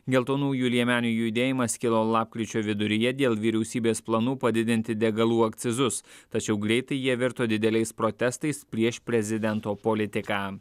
geltonųjų liemenių judėjimas kilo lapkričio viduryje dėl vyriausybės planų padidinti degalų akcizus tačiau greitai jie virto dideliais protestais prieš prezidento politiką